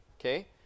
Okay